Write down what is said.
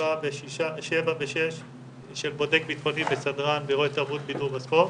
7,000 ו-6,000 של בודק בטחוני וסדרן באירועי תרבות בידור וספורט.